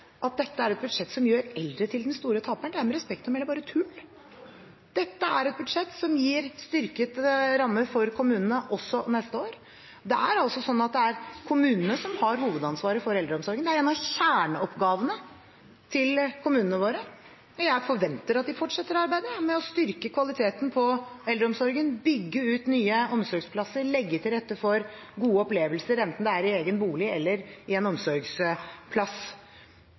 at dette er et budsjett som gjør eldre til de store taperne, er med respekt å melde bare tull. Dette er et budsjett som gir styrkede rammer for kommunene også neste år. Det er kommunene som har hovedansvaret for eldreomsorgen. Det er en av kommunenes kjerneoppgaver, og jeg forventer at de fortsetter å arbeide med å styrke kvaliteten på eldreomsorgen, bygge ut nye omsorgsplasser, legge til rette for gode opplevelser, enten det er i egen bolig eller på en omsorgsplass.